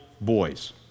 boys